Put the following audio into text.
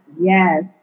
Yes